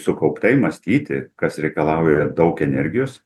sukauptai mąstyti kas reikalauja daug energijos